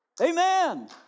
Amen